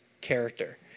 character